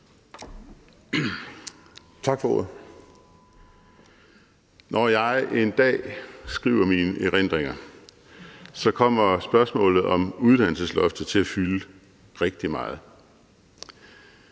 Tak for ordet. Når jeg en dag skriver mine erindringer, kommer spørgsmålet om uddannelsesloftet til at fylde rigtig meget.